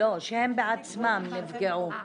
לא, שהם בעצמם נפגעו.